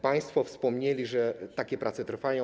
Państwo wspomnieli, że takie prace trwają.